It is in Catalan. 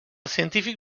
científic